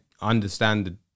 understand